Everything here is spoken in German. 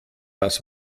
das